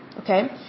Okay